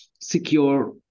secure